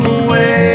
away